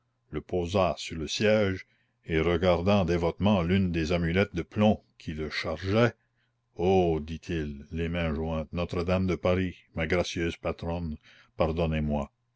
le posa sur le siège et regardant dévotement l'une des amulettes de plomb qui le chargeaient oh dit-il les mains jointes notre-dame de paris ma gracieuse patronne pardonnez-moi